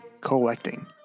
collecting